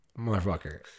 motherfucker